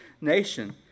nation